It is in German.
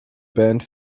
band